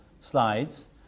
slides